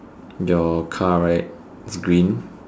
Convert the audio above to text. your car right is green